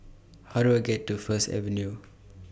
How Do I get to First Avenue